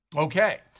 Okay